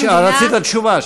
רצית תשובה.